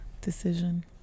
decision